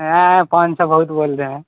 ہیں پانچ سو بہت بول رہے ہیں